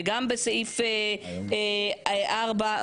וגם בסעיף 4,